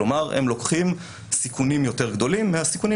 כלומר הם לוקחים סיכונים יותר גדולים מהסיכונים